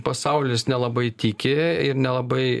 pasaulis nelabai tiki ir nelabai